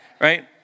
Right